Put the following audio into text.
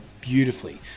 beautifully